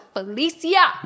Felicia